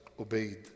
obeyed